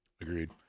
Agreed